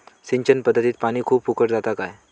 सिंचन पध्दतीत पानी खूप फुकट जाता काय?